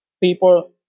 people